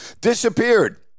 disappeared